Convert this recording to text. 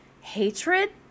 hatred